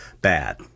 bad